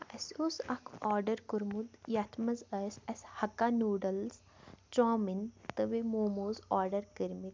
اسہِ اوٗس اَکھ آرڈَر کوٚرمُت یَتھ منٛز ٲسۍ اسہِ حَکا نوٗڈٕلز چوامِن تہٕ بیٚیہِ موٗموٗز آرڈَر کٔرۍ مٕتۍ